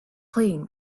playing